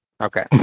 Okay